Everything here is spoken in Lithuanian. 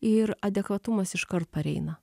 ir adekvatumas iškart pareina